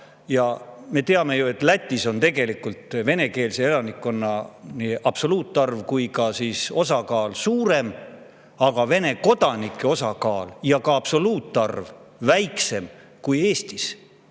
Me teame, et Lätis on venekeelse elanikkonna nii absoluutarv kui ka osakaal suurem, aga Vene kodanike osakaal ja ka absoluutarv on väiksem kui Eestis.